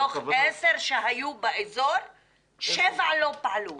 מתוך עשר שהיו באזור שבע לא פעלו.